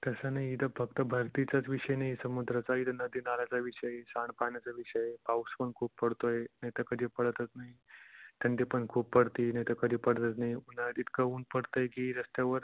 तसं नाही इथं फक्त भरतीचाच विषय नाही आहे समुद्राचा इथे नदी नाल्याचा विषय आहे सांडपाण्याचा विषय आहे पाऊस पण खूप पडतो आहे नाहीतर कधी पडतच नाही थंडी पण खूप पडते नाहीतर कधी पडतच नाही उन्हाळ्यात इतकं ऊन पडतं आहे की रस्त्यावर